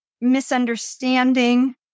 misunderstanding